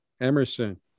Emerson